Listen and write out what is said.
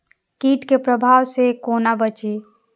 कीट के प्रभाव से कोना बचीं?